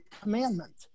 commandment